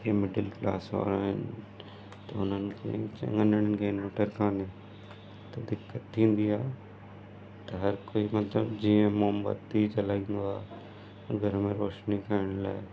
इहे middle class वारा आहिनि त हुननि खे चङनि ॼणनि खे इनवटर काने त दिक़त थींदी आहे त हर कोई मतिलबु जीअं मोम्बती जलाईंदो आहे घर में रोशनी करण लाइ